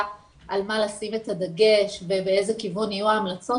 על מה לשים את הדגש ובאיזה כיוון יהיו ההמלצות